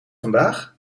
vandaag